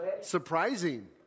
Surprising